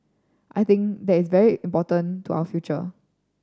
I think that is very important to our future